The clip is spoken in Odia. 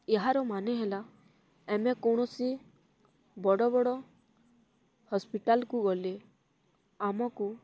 ଏହାର ମାନେ ହେଲା ଆମେ କୌଣସି ବଡ଼ ବଡ଼ ହସ୍ପିଟାଲ୍କୁ ଗଲେ ଆମକୁ